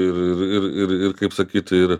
ir ir ir ir ir kaip sakyt ir